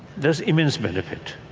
there's immense benefit.